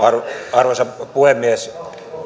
arvoisa puhemies